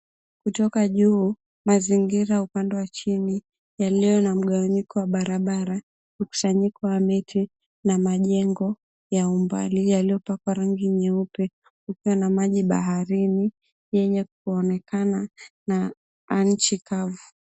Kutoka juu, mazingira upande wa chini yaliyo na mgawanyiko wa barabara, mkusanyiko wa miti na majengo ya umbali yaliyopakwa rangi nyeupe kukiwa na maji baharini yenye kuonekana na nchi kavu.